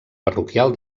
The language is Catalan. parroquial